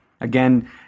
Again